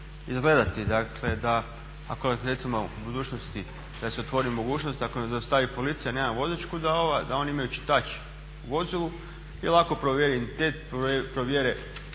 izgledati. Dakle da ako recimo u budućnosti da se otvori mogućnost ako me zaustavi policija a nemam vozačku da oni imaju čitač u vozilu i lako provjeri identitet, provjere